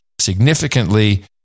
significantly